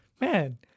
man